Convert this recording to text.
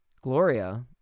Gloria